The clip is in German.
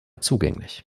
zugänglich